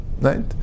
right